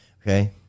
Okay